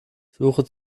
suche